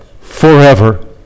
Forever